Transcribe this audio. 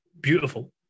beautiful